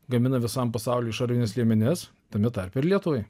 gamina visam pasauliui šarvines liemenes tame tarpe ir lietuvai